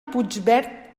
puigverd